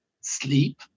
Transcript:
sleep